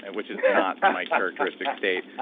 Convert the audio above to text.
and which is not my characteristic state.